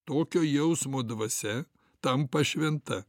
tokio jausmo dvasia tampa šventa